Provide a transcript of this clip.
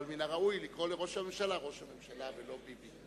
אבל מן הראוי לקרוא לראש הממשלה "ראש הממשלה" ולא "ביבי".